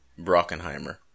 Brockenheimer